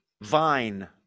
vine